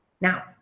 Now